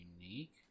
unique